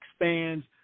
expands